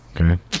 Okay